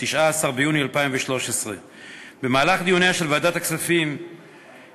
19 ביוני 2013. במהלך דיוניה של ועדת הכספים בהצעת